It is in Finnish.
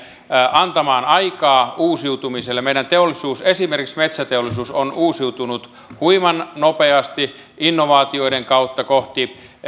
antamaan aikaa uusiutumiselle meidän teollisuus esimerkiksi metsäteollisuus on uusiutunut huiman nopeasti innovaatioiden kautta kohti